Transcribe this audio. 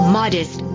modest